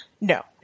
No